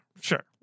sure